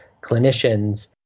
clinicians